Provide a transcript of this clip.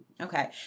Okay